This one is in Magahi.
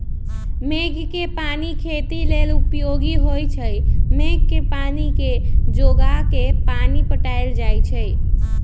मेघ कें पानी खेती लेल उपयोगी होइ छइ मेघ के पानी के जोगा के पानि पटायल जाइ छइ